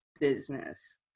business